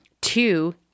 Two